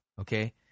okay